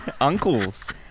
uncles